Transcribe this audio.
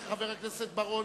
חבר הכנסת בר-און,